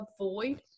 avoid